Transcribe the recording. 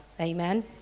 Amen